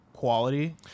quality